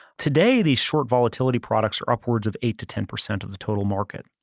today, these short volatility products are upwards of eight to ten percent of the total market.